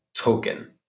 token